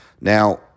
now